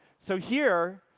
so here,